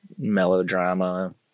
melodrama